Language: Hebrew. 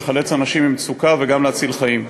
לחלץ אנשים ממצוקה וגם להציל חיים.